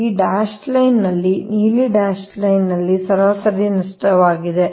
ಈ dash line ನಲ್ಲಿ ನೀಲಿ ಡ್ಯಾಶ್ ಲೈನ್ ಸರಾಸರಿ ನಷ್ಟವಾಗಿದೆ